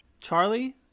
Charlie